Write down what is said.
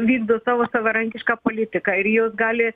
vykdo savo savarankišką politiką ir jos gali